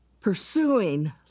pursuing